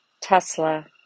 Tesla